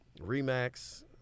REMAX